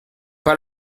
pas